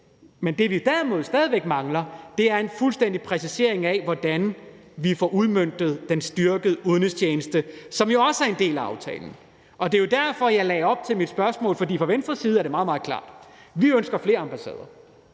Men det, vi derimod stadig væk mangler, er en fuldstændig præcisering af, hvordan vi får udmøntet den styrkede udenrigstjeneste, som jo også er en del af aftalen. Det er jo derfor, jeg lagde op til det i mit spørgsmål, for fra Venstres side er det meget, meget klart, at vi ønsker flere ambassader.